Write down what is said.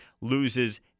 loses